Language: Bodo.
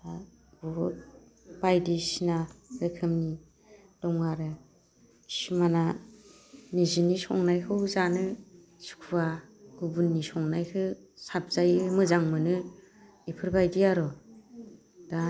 दा बहुद बायदिसिना रोखोमनि दङ आरो खिसुमाना निजेनि संनायखौ जानो सुखुआ गुबुननि संनायखौ साबजायो मोजां मोनो बेफोरबायदि आरो दा